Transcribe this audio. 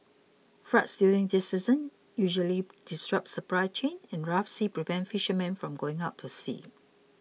floods during this season usually disrupt supply chains and rough seas prevent fishermen from going out to sea